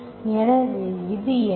எனவே இது என்ன